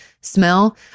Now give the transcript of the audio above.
smell